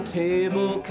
table